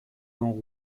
gants